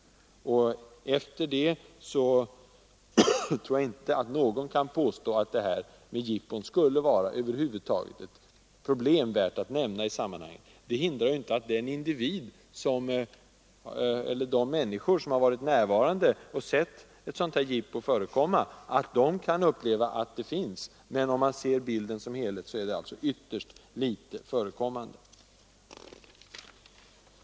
Efter det tror jag inte att någon kan påstå att jippon över huvud taget skulle vara ett problem värt att nämna i sammanhanget. Det hindrar inte att de människor som varit närvarande vid ett jippo kan uppleva att sådana spelar en roll, men om man ser till bilden som helhet förekommer de alltså i ytterst liten omfattning.